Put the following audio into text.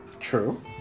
true